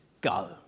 go